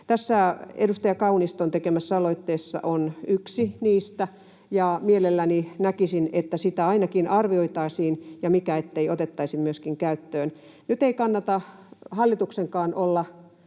Tässä edustaja Kauniston tekemässä aloitteessa on yksi sellainen, ja mielelläni näkisin, että sitä ainakin arvioitaisiin ja mikä ettei otettaisi myöskin käyttöön. Nyt ei kannata hallituksenkaan olla